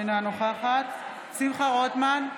אינה נוכחת שמחה רוטמן,